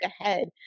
ahead